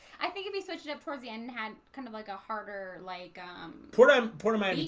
i think if you switch to prezi and had kind of like a harder like um porter um porter man